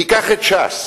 ניקח את ש"ס.